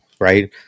right